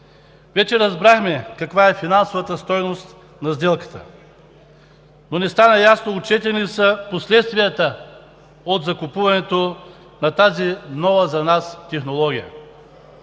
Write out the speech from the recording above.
Вече разбрахме каква е финансовата стойност на сделката, но не стана ясно отчетени ли са последствията от закупуването на тази нова за нас технология?